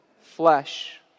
flesh